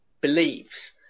believes